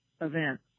event